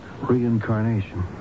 reincarnation